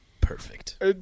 Perfect